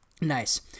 Nice